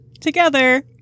together